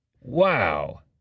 Wow